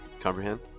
Comprehend